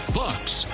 bucks